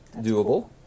Doable